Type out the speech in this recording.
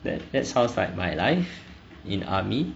that that sounds like my life in army